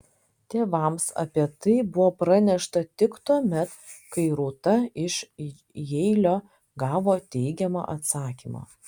tėvams apie tai buvo pranešta tik tuomet kai rūta iš jeilio gavo teigiamą atsakymą